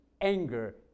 anger